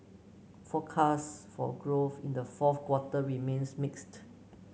forecasts for growth in the fourth quarter remains mixed